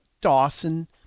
Dawson